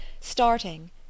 starting